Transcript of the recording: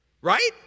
right